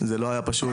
זה לא היה פשוט.